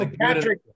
Patrick